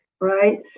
Right